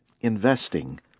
investing